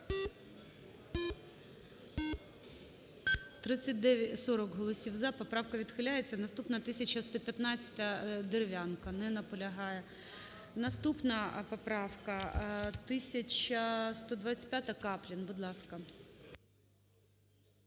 40 голосів "за". Поправка відхиляється. Наступна 1115-а. Дерев'янко. Не наполягає. Наступна поправка 1125. Каплін, будь ласка.